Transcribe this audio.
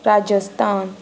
Rajasthan